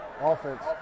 Offense